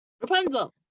Rapunzel